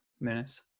minutes